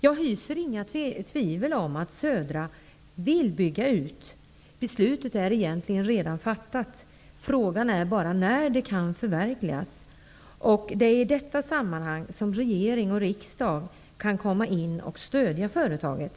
Jag hyser inga tvivel om att Södra vill bygga ut. Beslutet är egentligen redan fattat. Frågan är bara när det kan förverkligas. Det är i detta sammanhang som regering och riksdag kan komma in och stödja företaget.